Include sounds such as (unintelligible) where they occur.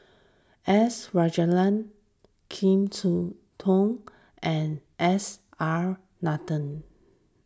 S Rajendran Kim (unintelligible) and S R Nathan